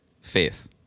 faith